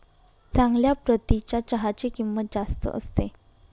चांगल्या प्रतीच्या चहाची किंमत जास्त असते